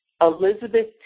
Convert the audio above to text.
Elizabeth